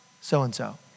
so-and-so